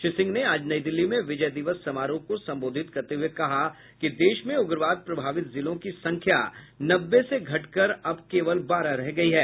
श्री सिंह ने आज नई दिल्ली में विजय दिवस समारोह को संबोधित करते हुए कहा कि देश में उग्रवाद प्रभावित जिलों की संख्या नब्बे से घटकर अब केवल बारह रह गई हैं